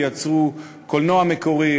ייצרו קולנוע מקורי,